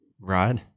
right